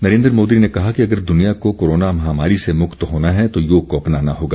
नरेन्द्र मोदी ने कहा कि अगर दुनिया को कोरोना महामारी से मुक्त होना है तो योग को अपनाना होगा